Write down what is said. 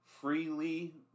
freely